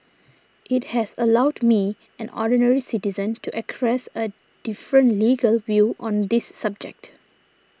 it has allowed me an ordinary citizen to a different legal view on this subject